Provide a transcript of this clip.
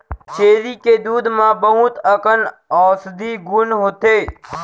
छेरी के दूद म बहुत अकन औसधी गुन होथे